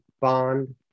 bond